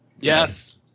Yes